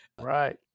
Right